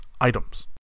items